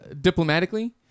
diplomatically